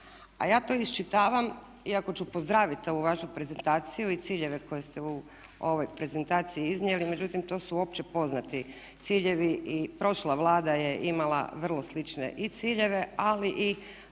A ja to iščitavam, iako ću pozdraviti ovu vašu prezentaciju i ciljeve koje ste u ovoj prezentaciji iznijeli, međutim to su općepoznati ciljevi. I prošla Vlada je imala vrlo slične i ciljeve ali i